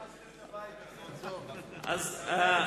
הרסתם את הבית, הרסתם את הבית הזה.